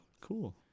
cool